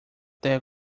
terra